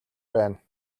байна